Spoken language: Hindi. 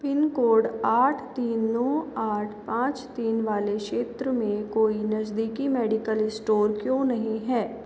पिन कोड आठ तीन नौ आठ पाँच तीन वाले क्षेत्र में कोई नज़दीकी मेडिकल स्टोर क्यों नहीं है